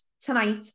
tonight